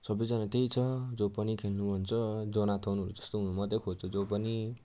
सबैजना त्यही छ जो पनि खेल्नु भन्छ जोनाथोनहरू जस्तो हुनु मात्रै खोज्छ जो पनि